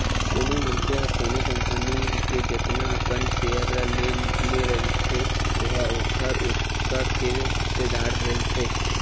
कोनो मनखे ह कोनो कंपनी के जतना अकन सेयर ल ले रहिथे ओहा ओखर ओतका के हिस्सेदार रहिथे